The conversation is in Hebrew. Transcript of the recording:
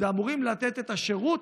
הם אמורים לתת את השירות.